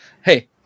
Hey